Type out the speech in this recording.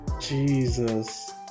Jesus